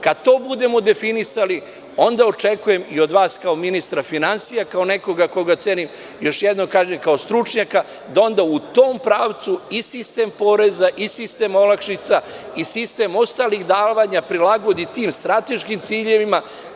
Kada to budemo definisali onda očekujem i od vas kao ministra finansija, kao nekoga koga cenim, još jednom kažem kao stručnjaka, da onda u tom pravcu i sistem poreza i sistem olakšica i sistem ostalih davanja prilagodi tim strateškim ciljevima.